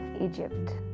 Egypt